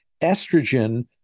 Estrogen